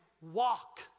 walk